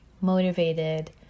motivated